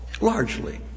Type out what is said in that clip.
largely